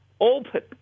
Open